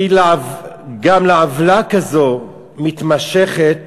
כי גם לעוולה כזאת, מתמשכת